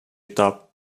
этап